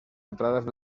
entradas